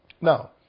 Now